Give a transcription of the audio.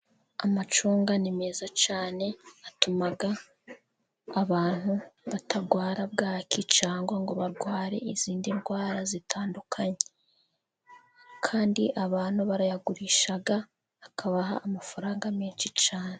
Amacunga ni meza cyane atuma abantu batarwara bwaki, cyangwa ngo barware izindi ndwara zitandukanye, kandi abantu barayagurisha akabaha amafaranga menshi cyane.